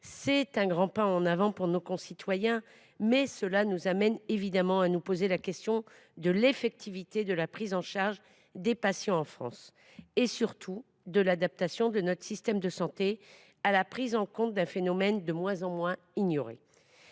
d’un grand pas en avant pour nos concitoyens, qui nous amène à nous poser la question de l’effectivité de la prise en charge des patients en France et de l’adaptation de notre système de santé à la prise en compte d’un phénomène qui est de moins en moins ignoré.